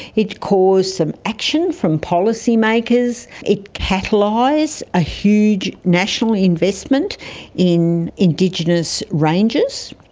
it caused some action from policy makers. it catalysed a huge national investment in indigenous ranges,